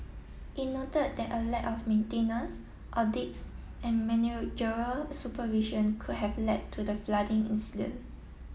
it noted that a lack of maintenance audits and managerial supervision could have led to the flooding incident